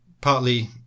partly